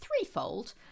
threefold